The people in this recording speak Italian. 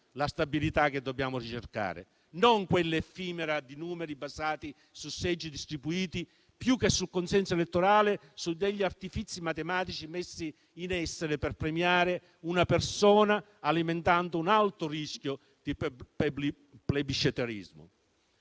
la stabilità che dobbiamo ricercare, non quella effimera di numeri basati su seggi distribuiti, più che sul consenso elettorale, su degli artifizi matematici messi in essere per premiare una persona, alimentando un alto rischio di plebiscitarismo.